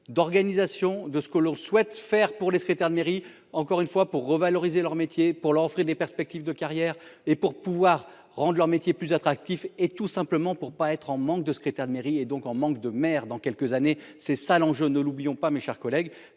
d'organisation de ce que l'on souhaite faire. Pour les secrétaire de mairie encore une fois, pour revaloriser leur métier pour leur offrir des perspectives de carrière et pour pouvoir rendent leur métier plus attractif et tout simplement pour pas être en manque de secrétaire de mairie et donc en manque de mer dans quelques années. C'est ça l'enjeu, ne l'oublions pas, mes chers collègues,